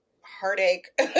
heartache